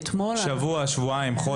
שבוע, שבועיים, חודש?